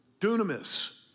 Dunamis